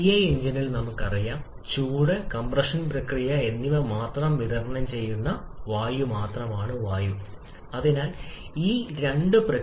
അതിനാൽ 2' എന്നത് കംപ്രഷൻ പ്രക്രിയയുടെ അവസാനത്തെ സൂചിപ്പിക്കുന്ന പോയിന്റാണ് കൂടാതെ 3 'ന്റെ അവസാനവും ആയിരിക്കും ജ്വലന പ്രക്രിയ